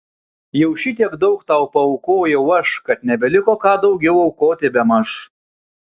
jau šitiek daug tau paaukojau aš kad nebeliko ką daugiau aukoti bemaž